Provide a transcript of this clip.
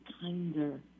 kinder